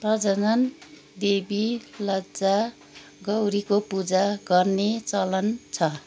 प्रजनन देवी लज्जा गौरीको पूजा गर्ने चलन छ